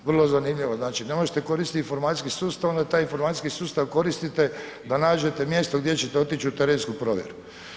Vrlo zanimljivo, znači, ne možete koristiti informacijski sustav, onda taj informacijski sustav koristite da nađete mjesto gdje ćete otić u terensku provjeru.